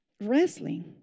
Wrestling